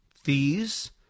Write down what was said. fees